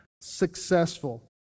successful